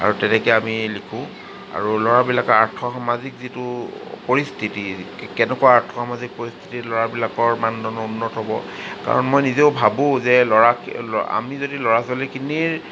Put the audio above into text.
আৰু তেনেকৈ আমি লিখোঁ আৰু ল'ৰাবিলাকে আৰ্থ সামাজিক যিটো পৰিস্থিতি কেনেকুৱা আৰ্থ সামাজিক পৰিস্থিতিত ল'ৰাবিলাকৰ মানদণ্ড উন্নত হ'ব কাৰণ মই নিজেও ভাবোঁ যে ল'ৰা ল'ৰা আমি যদি ল'ৰা ছোৱালীখিনিৰ